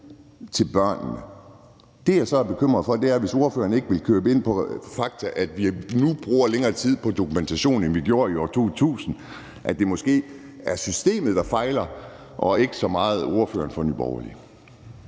til børnene. Det, jeg så er bekymret for, er, hvis ordføreren ikke vil købe ind på fakta, som er, at vi nu bruger længere tid på dokumentation, end vi gjorde i år 2000; at det måske er systemet, der fejler, og ikke så meget ordføreren for Nye Borgerlige.